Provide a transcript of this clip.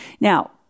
Now